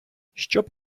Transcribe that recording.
щоб